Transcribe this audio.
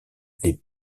les